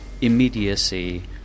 immediacy